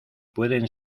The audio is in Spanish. pueden